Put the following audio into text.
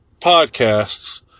podcasts